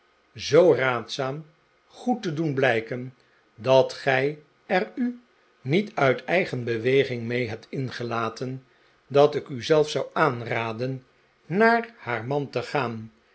zoo raadzaam goed te doen blijken dat gij er u niet uit eigen beweging mee hebt ingelaten dat ik u zelfs zou aanraden naar haar man te gaan